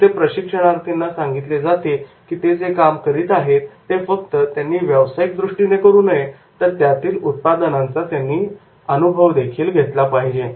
इथे प्रशिक्षणार्थींना सांगितले जाते की ते जे काम करीत आहेत ते फक्त त्यांनी व्यावसायिकदृष्टीने करू नये तर त्यातील उत्पादनांचा त्यांनी अनुभव देखील घेतला पाहिजे